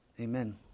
Amen